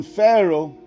Pharaoh